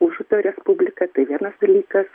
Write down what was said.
užupio respubliką tai vienas dalykas